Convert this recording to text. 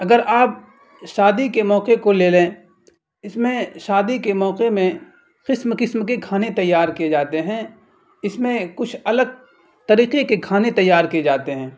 اگر آپ شادی کے موقعے کو لے لیں اس میں شادی کے موقعے میں قسم قسم کے کھانے تیار کیے جاتے ہیں اس میں کچھ الگ طریقے کے کھانے تیار کیے جاتے ہیں